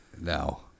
No